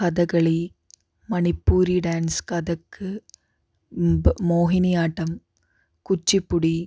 Kathakali Manipuri dance Kathak Mohiniyattam Kuchipudi